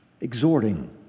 Exhorting